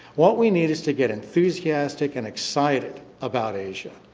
what we need is to get enthusiastic and excited about asia.